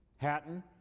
hatton,